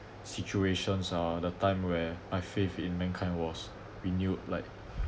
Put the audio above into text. situations are the time where my faith in mankind was renewed like